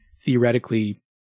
theoretically